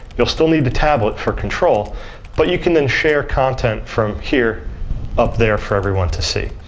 you'll still need the tablet for control but you can then share content from here up there for everyone to see.